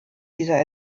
dieser